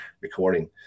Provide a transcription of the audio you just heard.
recording